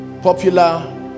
popular